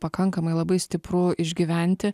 pakankamai labai stipru išgyventi